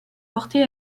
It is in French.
porté